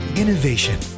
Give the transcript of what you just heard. innovation